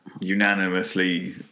unanimously